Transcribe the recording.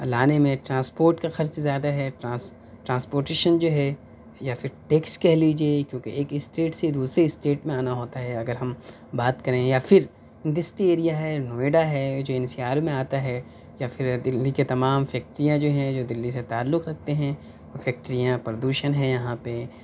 لانے میں ٹرانسپورٹ کا خرچ زیادہ ہے ٹرانس ٹرانسپوٹیشن جو ہے یا پھر ٹیکس کہہ لیجیے کیونکہ ایک اسٹیٹ سے دوسرے اسٹیٹ میں آنا ہوتا ہے اگر ہم بات کریں یا پھر دسٹی ایریا ہے نوئیڈا ہے جو این سی آر میں آتا ہے پا پھر دلی کے تمام فیکٹریاں جو ہیں جو دلی سے تعلق رکھتے ہیں وہ فیکٹریاں پردوشن ہیں یہاں پہ